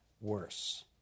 worse